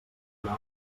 lloc